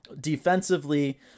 Defensively